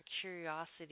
curiosity